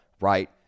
right